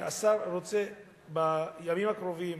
השר רוצה בימים הקרובים,